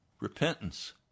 repentance